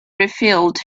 refilled